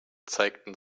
zeigten